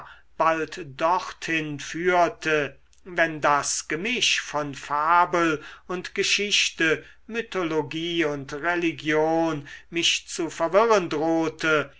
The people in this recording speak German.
bald dorthin führte wenn das gemisch von fabel und geschichte mythologie und religion mich zu verwirren drohte